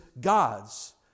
God's